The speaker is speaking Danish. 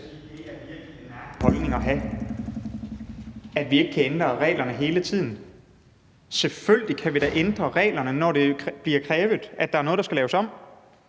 at vi ikke kan ændre reglerne hele tiden. Selvfølgelig kan vi da ændre reglerne, når det bliver krævet, at der er noget, der skal laves om.